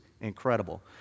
incredible